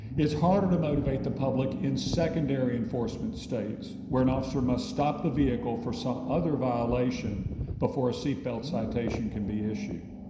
it's harder to motivate the public in secondary enforcement states where an officer must stop the vehicle for some other violation before a seat belt citation can be issued.